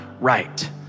right